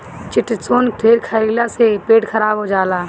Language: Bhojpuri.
चिटोसन ढेर खईला से पेट खराब हो जाला